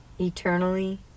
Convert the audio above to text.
eternally